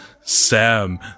Sam